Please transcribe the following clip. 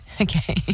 Okay